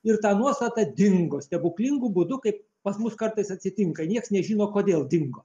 ir ta nuostata dingo stebuklingu būdu kaip pas mus kartais atsitinka nieks nežino kodėl dingo